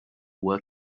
were